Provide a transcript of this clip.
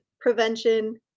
prevention